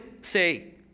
say